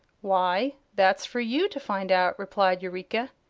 why, that's for you to find out, replied eureka.